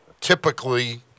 typically